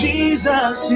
Jesus